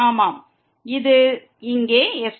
ஆமாம் இது இங்கே ε